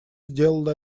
сделала